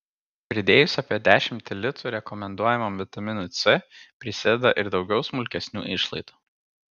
pridėjus apie dešimtį litų rekomenduojamam vitaminui c prisideda ir daugiau smulkesnių išlaidų